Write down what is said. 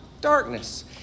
darkness